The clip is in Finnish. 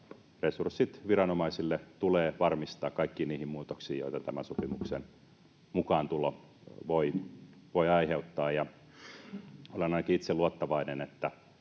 resurssit viranomaisille kaikkiin niihin muutoksiin, joita tämän sopimuksen mukaantulo voi aiheuttaa. Olen ainakin itse luottavainen,